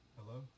Hello